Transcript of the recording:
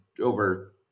over